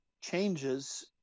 changes